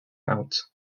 out